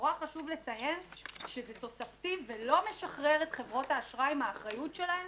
נורא חשוב לציין שזה תוספתי ולא משחרר את חברות האשראי מן האחריות שלהן